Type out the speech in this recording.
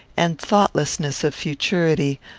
and thoughtlessness of futurity,